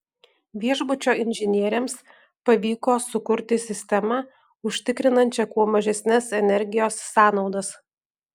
viešbučio inžinieriams pavyko sukurti sistemą užtikrinančią kuo mažesnes energijos sąnaudas